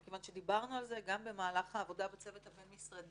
מכיוון שדיברנו על זה גם במהלך העבודה בצוות הבין-משרדי,